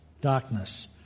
Darkness